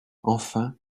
enfin